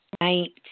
Right